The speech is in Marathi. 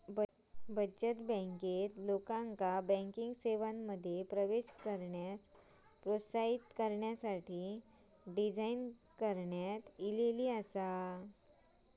बचत बँक, लोकांका बँकिंग सेवांमध्ये प्रवेश करण्यास प्रोत्साहित करण्यासाठी डिझाइन करण्यात आली आसा